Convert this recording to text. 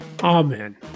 Amen